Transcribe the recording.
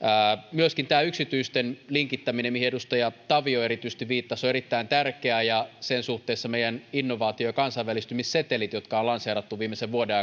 myöskin tämä yksityisten linkittäminen mihin edustaja tavio erityisesti viittasi on erittäin tärkeää ja siinä suhteessa meidän innovaatio ja kansainvälistymissetelit jotka on lanseerattu viimeisen vuoden